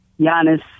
Giannis